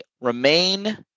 remain